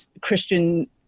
Christian